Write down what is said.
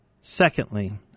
Secondly